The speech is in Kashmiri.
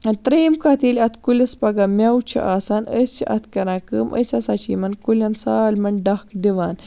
ترٛیِم کتھ ییٚلہِ اتھ کُلِس پَگاہ میٚوٕ چھُ آسان أسۍ چھِ اتھ کَران کٲم أسۍ ہَسا چھِ یِمَن کُلٮ۪ن سٲلمَن ڈَکھ دِوان